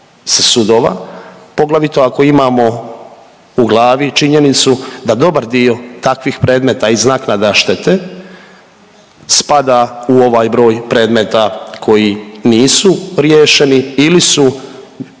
sa sudova, poglavito ako imamo u glavi činjenicu da dobar dio takvih predmeta iz naknada štete spada u ovaj broj predmeta koji nisu riješeni ili su